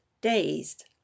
dazed